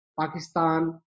pakistan